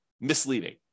misleading